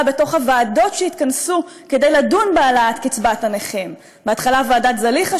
בתוך הוועדות שהתכנסו כדי לדון בהעלאת קצבת הנכים: בהתחלה ועדת זליכה,